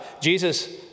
Jesus